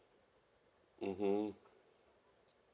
mmhmm